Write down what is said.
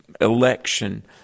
election